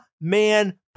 man